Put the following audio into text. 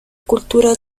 cultura